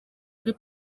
kuri